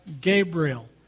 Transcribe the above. Gabriel